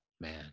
man